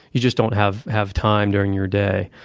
you just don't have have time during your day.